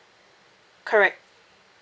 correct